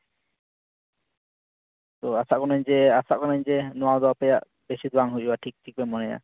ᱛᱚ ᱟᱥᱟᱜ ᱠᱟᱹᱱᱟᱹᱧ ᱟᱥᱟᱜ ᱠᱟᱹᱱᱟᱹᱧ ᱡᱮ ᱱᱚᱣᱟ ᱫᱚ ᱵᱮᱥᱤ ᱫᱚ ᱵᱟᱝ ᱦᱩᱭᱩᱜᱼᱟ ᱴᱷᱤᱠ ᱴᱷᱤᱠᱮᱢ ᱢᱚᱱᱮᱭᱟ